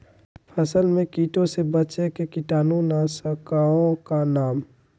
फसल में कीटों से बचे के कीटाणु नाशक ओं का नाम?